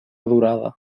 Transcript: durada